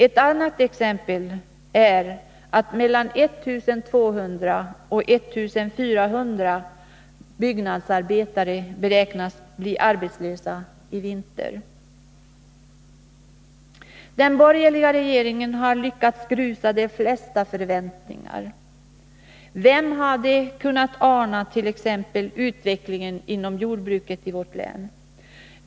Ett annat exempel är att mellan 1200 och 1400 byggnadsarbetare beräknas bli arbetslösa i vinter. Den borgerliga regeringen har lyckats grusa de flesta förväntningar. Vem hade t.ex. kunnat ana utvecklingen inom jordbruket i vårt län?